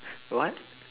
what